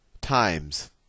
times